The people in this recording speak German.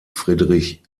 friedrich